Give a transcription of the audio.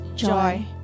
joy